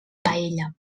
paella